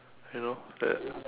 you know that